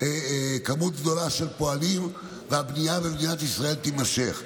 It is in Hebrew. כמות גדולה של פועלים והבנייה במדינת ישראל תימשך.